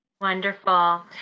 Wonderful